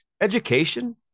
education